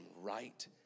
right